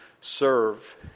serve